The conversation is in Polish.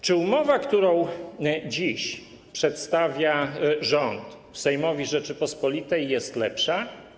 Czy umowa, którą dziś przedstawia rząd Sejmowi Rzeczypospolitej jest lepsza?